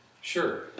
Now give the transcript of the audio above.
Sure